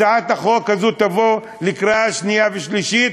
הצעת החוק הזאת תבוא לקריאה שנייה ושלישית,